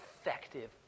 effective